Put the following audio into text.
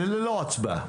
ללא הצבעה,